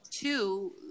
two